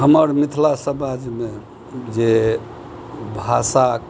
हमर मिथिला समाजमे जे भाषाक